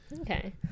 Okay